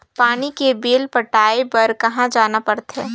पानी के बिल पटाय बार कहा जाना पड़थे?